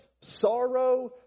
sorrow